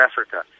Africa